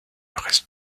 reste